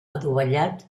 adovellat